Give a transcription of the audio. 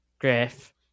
Griff